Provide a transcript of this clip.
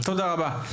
תודה רבה.